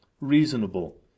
reasonable